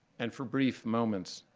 and for brief moments,